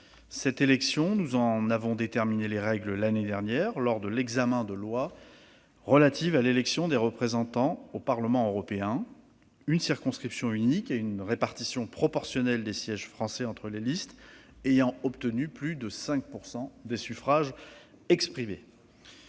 Cette élection, nous en avons déterminé les règles l'année dernière, lors de l'examen de la loi relative à l'élection des représentants au Parlement européen : une circonscription unique et une répartition proportionnelle des sièges français entre les listes ayant obtenu plus de 5 % des suffrages exprimés.